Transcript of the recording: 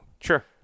Sure